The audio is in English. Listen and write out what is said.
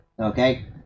okay